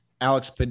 Alex